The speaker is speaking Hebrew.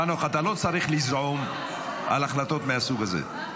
חנוך, אתה לא צריך לזעום על החלטות מהסוג הזה.